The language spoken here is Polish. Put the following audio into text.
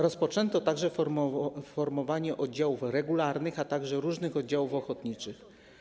Rozpoczęto także formowanie oddziałów regularnych, a także różnych oddziałów ochotniczych.